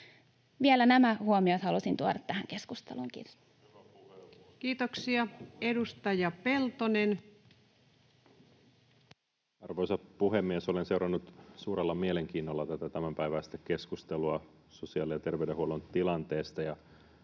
— Tuomas Kettunen: Hyvä puheenvuoro!] Kiitoksia. — Edustaja Peltonen. Arvoisa puhemies! Olen seurannut suurella mielenkiinnolla tätä tämänpäiväistä keskustelua sosiaali‑ ja terveydenhuollon tilanteesta